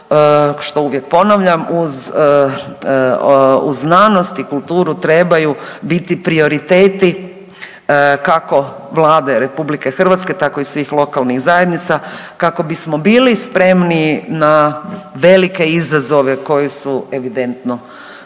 što uvijek ponavljam uz znanost i kulturu trebaju biti prioriteti kako Vlade RH tako i svih lokalnih zajednica kako bismo bili spremni na velike izazove koji su evidentno